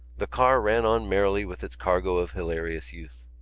the car ran on merrily with its cargo of hilarious youth.